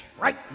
right